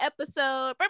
episode